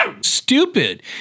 stupid